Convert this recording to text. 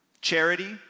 Charity